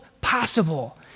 possible